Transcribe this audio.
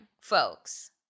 folks